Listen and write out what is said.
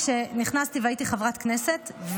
כשנכנסתי והייתי חברת כנסת,